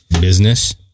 business